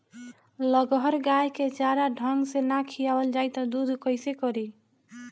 लगहर गाय के चारा ढंग से ना खियावल जाई त दूध कईसे करी